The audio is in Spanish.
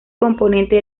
componente